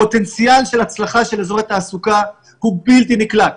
הפוטנציאל של הצלחה של אזורי תעסוקה הוא בלתי נקלט,